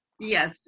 yes